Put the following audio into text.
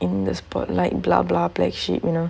in the spotlight black sheep you know